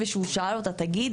וכשהוא שאל אותה: ״תגידי,